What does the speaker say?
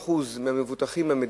מ-50% מהמבוטחים במדינה.